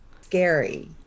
scary